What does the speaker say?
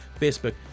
facebook